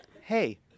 Hey